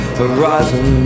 horizon